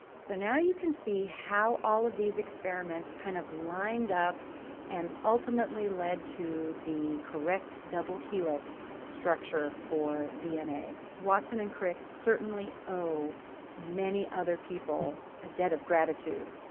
so now you can see how all of these experiments kind of lined up and ultimately led to the correct double helix structure for dna. watson and crick certainly owe many other people a debt of gratitude,